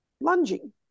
lunging